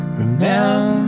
remember